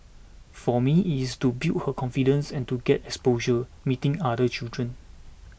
for me it's to build her confidence and to get exposure meeting other children